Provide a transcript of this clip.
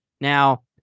Now